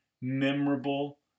memorable